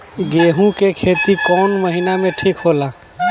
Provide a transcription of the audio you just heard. गेहूं के खेती कौन महीना में ठीक होला?